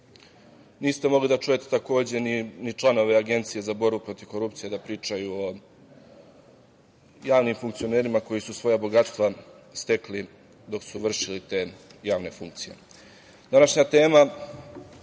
takođe mogli da čujete ni članove Agencije za borbu protiv korupcije da pričaju o javnim funkcionerima koji su svoja bogatstva stekli dok su vršili te javne funkcije. Današnja